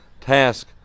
task